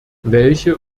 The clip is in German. welche